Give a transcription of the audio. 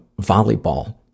volleyball